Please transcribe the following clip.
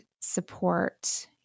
support –